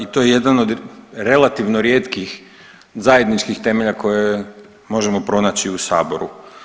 I to je jedan od relativno rijetkih zajedničkih temelja koje možemo pronaći u Saboru.